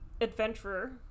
Adventurer